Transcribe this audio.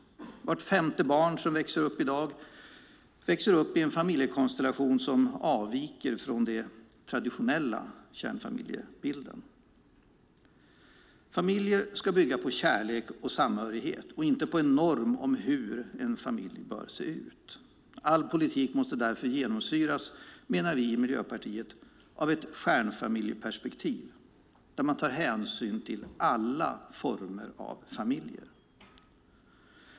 Vart femte barn som växer upp i dag växer upp i en familjekonstellation som avviker från den traditionella kärnfamiljebilden. Familjer ska bygga på kärlek och samhörighet och inte på en norm om hur en familj bör se ut. All politik måste därför genomsyras, menar vi i Miljöpartiet, av ett stjärnfamiljeperspektiv där man tar hänsyn till alla former av familjer.